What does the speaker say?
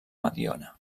mediona